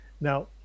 Now